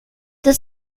deux